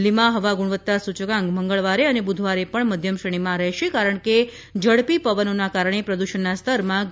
દિલ્હીમાં હવા ગુણવત્તા સૂચકાંક મંગળવારે અને બુધવારે પણ મધ્યમ શ્રેણીમાં રહેશે કારણ કે ઝડપી પવનોને કારણે પ્રદૂષણના સ્તરમાં ઘટાડો થશે